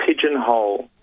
pigeonhole